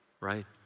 right